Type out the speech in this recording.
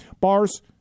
Bars